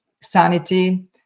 sanity